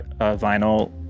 vinyl